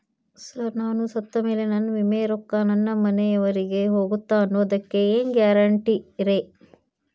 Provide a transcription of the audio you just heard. Sir ನಾನು ಸತ್ತಮೇಲೆ ನನ್ನ ವಿಮೆ ರೊಕ್ಕಾ ನನ್ನ ಮನೆಯವರಿಗಿ ಹೋಗುತ್ತಾ ಅನ್ನೊದಕ್ಕೆ ಏನ್ ಗ್ಯಾರಂಟಿ ರೇ?